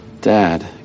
dad